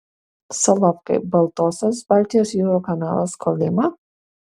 solovkai baltosios baltijos jūrų kanalas kolyma